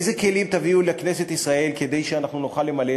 איזה כלים תביאו לכנסת ישראל כדי שנוכל למלא